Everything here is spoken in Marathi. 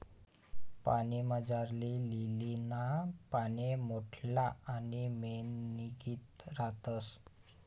पाणीमझारली लीलीना पाने मोठल्ला आणि मेणनीगत रातस